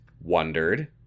wondered